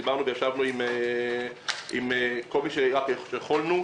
דיברנו וישבנו עם כל מי שרק יכולנו.